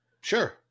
Sure